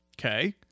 Okay